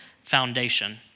foundation